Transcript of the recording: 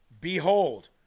Behold